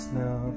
now